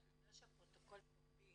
בגלל שהפרוטוקול פומבי